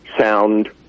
sound